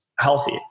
healthy